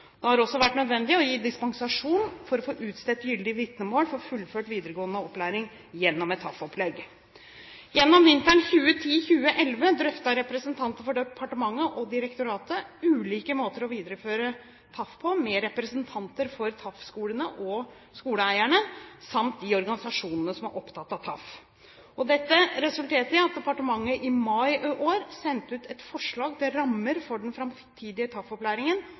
Det har også vært nødvendig å gi dispensasjon for å få utstedt gyldig vitnemål for fullført videregående opplæring gjennom et TAF-opplegg. Gjennom vinteren 2010/2011 drøftet representanter for departementet og direktoratet ulike måter å videreføre TAF på med representanter for TAF-skolene og TAF-skoleeierne samt de organisasjonene som er opptatt av TAF. Dette resulterte i at departementet i mai i år sendte ut et forslag til rammer for den framtidige